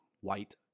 white